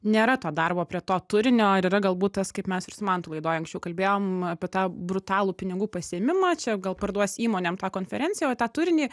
nėra to darbo prie to turinio ir yra galbūt tas kaip mes ir su mantu laidoje anksčiau kalbėjom apie tą brutalų pinigų pasiėmimą čia gal parduos įmonėms tą konferenciją o tą turinį